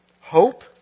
hope